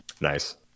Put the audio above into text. Nice